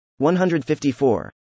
154